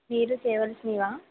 మీరు చేయవలసినవా